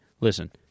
listen